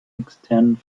externen